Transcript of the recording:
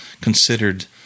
considered